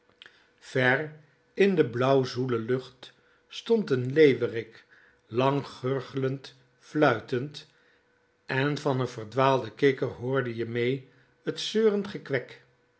ver in de blauw zoele lucht stond n leeuwrik lang gurglend fluitend en van n verdwaalden kikker hoorde je mee t zeurend